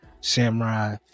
Samurai